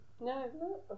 No